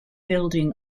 building